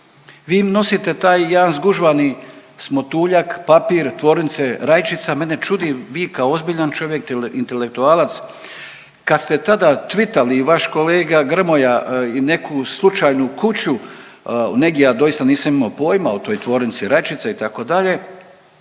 Vi nosite taj jedan zgužvani smotuljak, papir tvornice rajčica, mene čudi vi kao ozbiljan čovjek, intelektualac kad ste tada tweet-ali i vaš kolega Grmoja i neku slučajnu kuću negdje, ja doista nisam imao pojma o toj tvornici rajčica itd.,